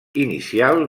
inicial